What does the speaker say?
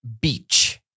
beach